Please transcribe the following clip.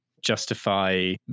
justify